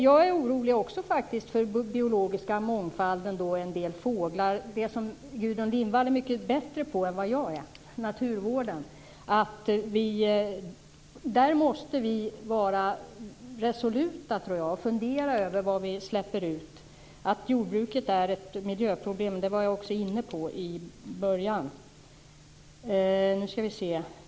Jag är också orolig för den biologiska mångfalden, t.ex. när det gäller en del fåglar, även om Gudrun Lindvall är mycket bättre på det här med naturvård än vad jag är. Här måste vi vara resoluta och fundera över vad vi släpper ut. Att jordbruket är ett miljöproblem var jag också inne på i början.